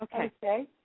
Okay